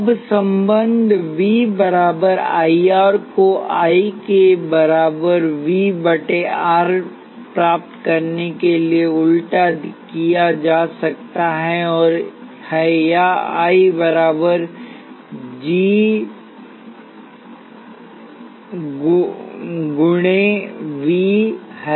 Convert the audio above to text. अब संबंध V बराबर I R को I के बराबर V बटा R प्राप्त करने के लिए उलटा किया जा सकता है या I बराबर G गुणा V है